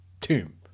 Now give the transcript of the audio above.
tomb